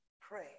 Pray